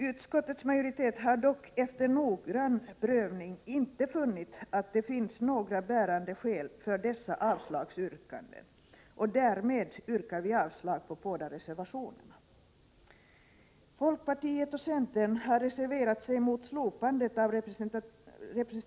Utskottets majoritet har dock efter noggrann prövning inte funnit att det finns några bärande skäl för dessa avslagsyrkanden, och därmed yrkar vi avslag på båda reservationerna. Folkpartiet och centern har reserverat sig mot slopandet av representativi — Prot.